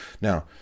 Now